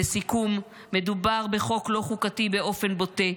לסיכום, מדובר בחוק לא חוקתי באופן בוטה,